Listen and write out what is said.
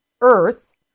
earth